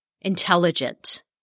intelligent